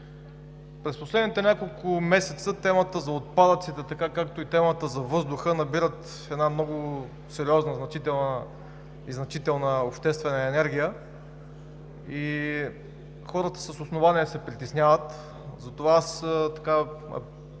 През последните няколко месеца темата за отпадъците, както и темата за въздуха набират много сериозна и значителна обществена енергия и хората с основание се притесняват, затова аз